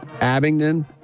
Abingdon